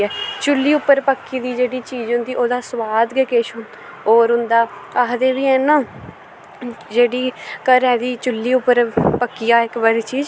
चुल्ली उप्पर पक्की दी जेह्ड़ी चीज़ होंदी ओह्दा स्वाद गै किश होर होंदा अक्खदे बी हैन ना जेह्ड़ी घरै दी चुल्ली उप्पर पक्की जी इक्क बारी चीज़